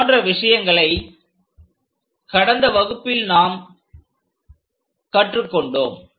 இது போன்ற விஷயங்களை கடந்த வகுப்பில் கற்று கொண்டோம்